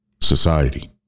society